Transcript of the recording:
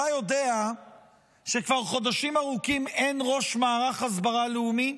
אתה יודע שכבר חודשים ארוכים אין ראש מערך הסברה לאומי?